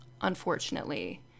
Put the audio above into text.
unfortunately